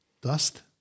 dust